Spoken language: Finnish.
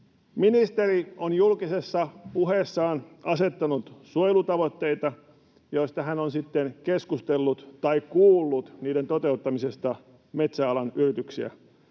Ministeri on julkisessa puheessaan asettanut suojelutavoitteita, joista hän on sitten keskustellut tai kuullut niiden toteuttamisesta metsäalan yrityksiä